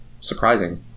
surprising